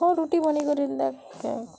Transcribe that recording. ତ ରୁଟି ବନେଇ କରି ଡାକ୍ ତେ